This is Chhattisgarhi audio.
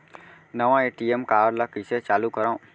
नवा ए.टी.एम कारड ल कइसे चालू करव?